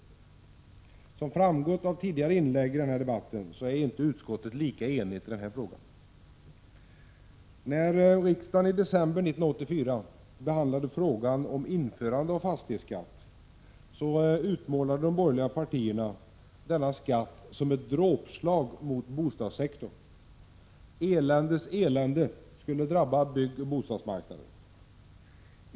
Som framgått av tidigare inlägg i denna debatt är inte utskottet lika enigt i den senare frågan. När riksdagen i december 1984 behandlade frågan om införande av fastighetsskatt, utmålade de borgerliga partierna denna skatt som ett dråpslag mot bostadssektorn. Eländes elände skulle drabba byggoch 69 bostadsmarknaden.